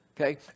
Okay